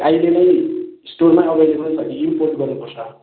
ए अहिले नै स्टोरमा एभाइलेबल छ कि इम्पोर्ट गर्नु पर्छ